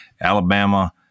Alabama